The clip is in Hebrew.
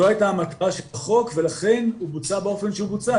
זו הייתה המטרה של החוק ולכן הוא בוצע באופן שבוצע,